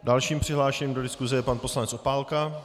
Dalším přihlášeným do diskuse je pan poslanec Opálka.